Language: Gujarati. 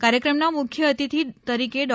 કાર્યક્રમના મુખ્ય અતિથિ તરીકે ડો